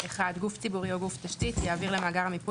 (1) גוף ציבורי או גוף תשתית יעביר למאגר המיפוי